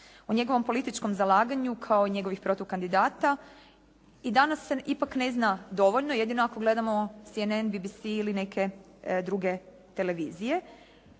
O njegovom političkom zalaganju, kao i njegovih protukandidata i danas se ipak ne zna dovoljno, jedino ako gledamo CNN, BBC ili neke druge televizije,